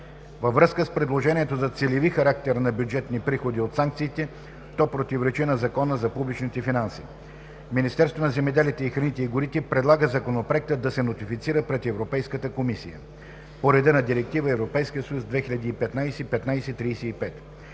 Във връзка с предложението за целеви характер на бюджетни приходи от санкциите, то противоречи на Закона за публичните финанси. Министерството на земеделието, храните и горите предлага Законопроектът да се нотифицира пред Европейската комисия по реда на Директива (ЕС) 2015/1535.